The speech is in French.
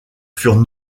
furent